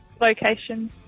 location